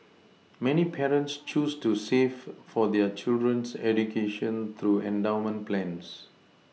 many parents choose to save for their children's education through endowment plans